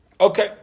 Okay